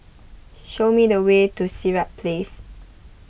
show me the way to Sirat Place